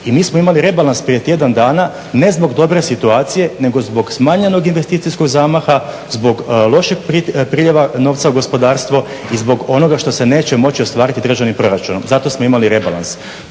I mi smo imali rebalans prije tjedan dana ne zbog dobre situacije nego zbog smanjenog investicijskog zamaha, zbog lošeg priljeva novca u gospodarstvo i zbog onoga što se neće moći ostvariti državnim proračunom. Zato smo imali rebalans.